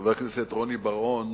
חבר הכנסת רוני בר-און,